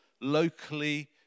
locally